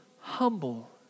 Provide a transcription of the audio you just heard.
humble